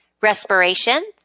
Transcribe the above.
respiration